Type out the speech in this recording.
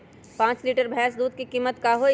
पाँच लीटर भेस दूध के कीमत का होई?